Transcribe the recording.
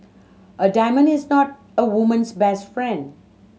a diamond is not a woman's best friend